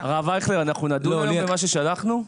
הרב אייכלר, אנחנו נדון במה ששלחנו?